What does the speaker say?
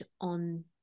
on